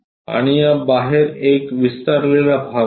आणि या बाहेर एक विस्तारलेला भाग आहे